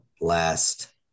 last